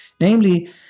Namely